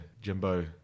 jimbo